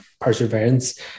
perseverance